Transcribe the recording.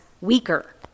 weaker